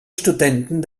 studenten